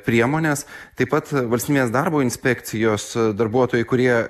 priemones taip pat valstybinės darbo inspekcijos darbuotojai kurie